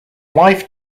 wife